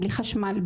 בלי חשמל,